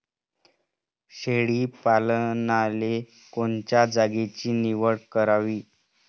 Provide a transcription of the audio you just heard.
शेळी पालनाले कोनच्या जागेची निवड करावी?